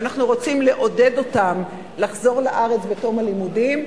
ואנחנו רוצים לעודד אותם לחזור לארץ בתום הלימודים.